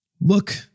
look